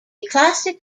classic